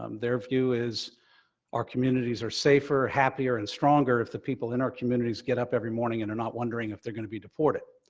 um their view is our communities are safer, happier, and stronger, if the people in our communities get up every morning and are not wondering if they're gonna be deported.